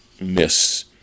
miss